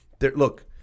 look